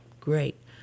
great